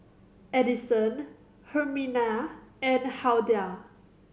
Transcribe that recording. Adyson Herminia and Hulda